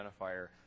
identifier